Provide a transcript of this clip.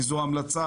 וזו המלצה,